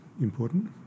important